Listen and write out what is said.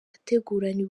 ateguranye